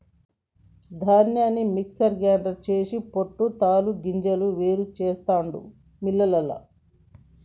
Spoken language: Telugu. ధాన్యాన్ని మిక్సర్ గ్రైండర్ చేసి పొట్టు తాలు గింజలు వేరు చెస్తాండు మిల్లులల్ల